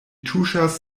tuŝas